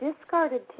discarded